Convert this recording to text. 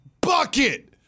bucket